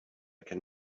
can